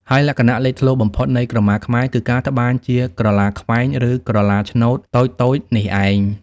ហើយលក្ខណៈលេចធ្លោបំផុតនៃក្រមាខ្មែរ គឺការត្បាញជាក្រឡាខ្វែង ឬក្រឡាឈ្នូតតូចៗនេះឯង។